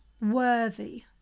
worthy